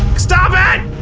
stop it!